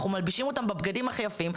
אנחנו מלבישים אותם בבגדים הכי יפים.